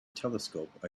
telescope